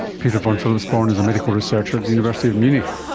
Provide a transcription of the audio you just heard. peter von philipsborn is a medical researcher at the university of munich.